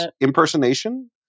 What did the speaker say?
impersonation